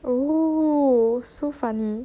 oh so funny